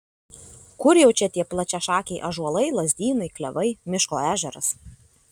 kur jau čia tie plačiašakiai ąžuolai lazdynai klevai miško ežeras